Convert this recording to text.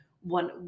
one